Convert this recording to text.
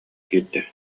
киирдэ